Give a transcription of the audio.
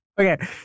Okay